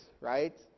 right